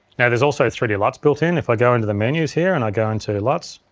now, there's also three d luts built in, if i go into the menus here and i go into luts,